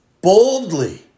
boldly